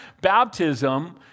baptism